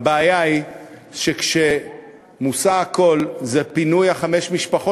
הבעיה היא שכשמושא הכול הוא פינוי חמש משפחות,